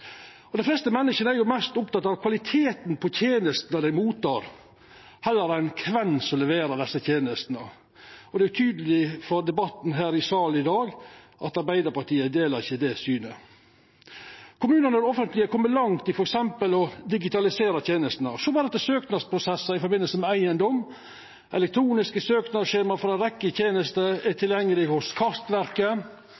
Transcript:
Dei fleste menneske er meir opptekne av kvaliteten på tenestene dei mottek, enn av kven som leverer desse tenestene, men det er tydeleg ut frå debatten her i salen i dag at Arbeidarpartiet ikkje deler det synet. Kommunane og det offentlege har kome langt i f.eks. å digitalisera tenestene. Sjå berre til søknadsprosessar i forbindelse med eigedom: Elektroniske søknadsskjema for ei rekkje tenester er